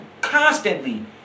constantly